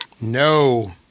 No